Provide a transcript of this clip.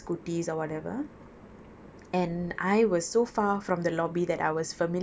because technically my family wasn't nearby they were off on their own scooties or whatever